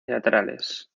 teatrales